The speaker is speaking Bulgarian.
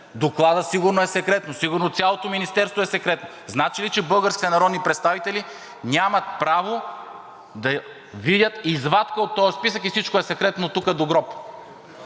доклада сигурно е секретно, сигурно цялото Министерство е секретно. Значи ли, че българските народни представители нямат право да видят извадка от този списък и всичко е секретно тук до гроб?!